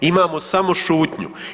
Imamo samo šutnju.